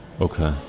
Okay